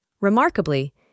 Remarkably